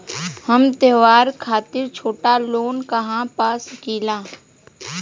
हम त्योहार खातिर छोटा लोन कहा पा सकिला?